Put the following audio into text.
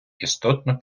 істотно